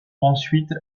ensuite